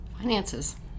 Finances